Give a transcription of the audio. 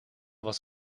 was